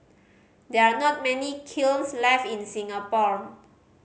there are not many kilns left in Singapore